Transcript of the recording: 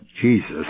Jesus